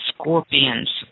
scorpions